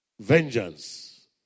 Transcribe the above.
vengeance